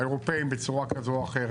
האירופאים בצורה כזו או אחרת.